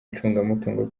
n’icungamutungo